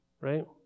right